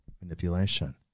manipulation